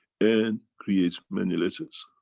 and creates many litters.